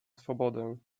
swobodę